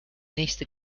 nächste